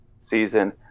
season